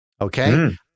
Okay